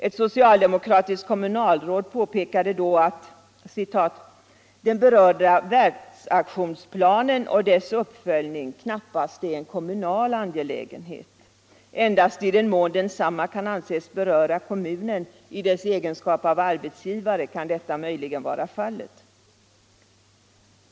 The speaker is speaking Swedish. Ett socialdemokratiskt kommunalråd påpekade då att ”den berörda världsaktionsplanen och dess uppföljning knappast är en kommunal angelägenhet”. Endast i den mån densamma kunde anses beröra kommunen i dess egenskap av arbetsgivare skulle detta möjligen vara fallet.